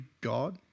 God